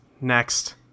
Next